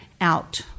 out